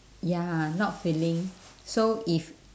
ya not filling so if